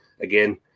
again